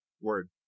Word